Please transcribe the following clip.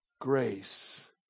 grace